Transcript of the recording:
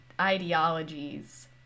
ideologies